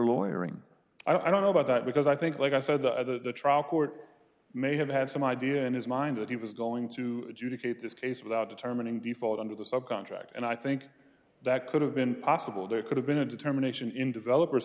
lawyer and i don't know about that because i think like i said the trial court may have had some idea in his mind that he was going to do to create this case without determining default under the subcontract and i think that could have been possible there could have been a determination in developers